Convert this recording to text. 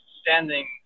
standing